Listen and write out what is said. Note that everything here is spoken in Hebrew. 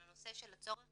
על הנושא של הצורך